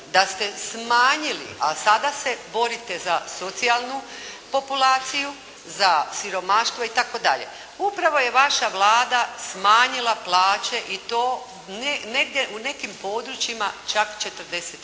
da ste smanjili a sada se borite za socijalnu populaciju, za siromaštvo i tako dalje. Upravo je vaša Vlada smanjila plaće i to negdje u nekim područjima čak 40%.